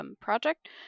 project